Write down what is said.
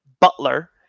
Butler